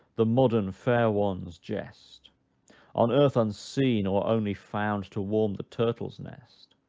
the modern fair one's jest on earth unseen, or only found to warm the turtle's nest.